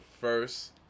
first